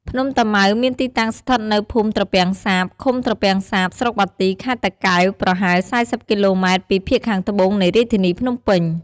ភ្នំតាម៉ៅមានទីតាំងស្ថិតនៅភូមិត្រពាំងសាប ឃុំត្រពាំងសាប ស្រុកបាទី ខេត្តតាកែវ ប្រហែល ៤០ គីឡូម៉ែត្រពីភាគខាងត្បូងនៃរាជធានីភ្នំពេញ។